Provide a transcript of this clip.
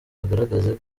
agaragaze